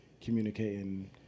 communicating